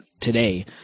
today